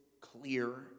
clear